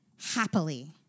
happily